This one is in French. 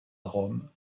rome